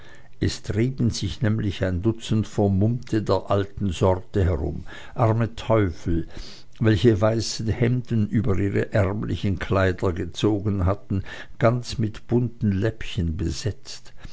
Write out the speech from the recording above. es trieben sich nämlich ein dutzend vermummte der alten sorte herum arme teufel welche weiße hemden über ihre ärmlichen kleider gezogen hatten ganz mit bunten läppchen besetzt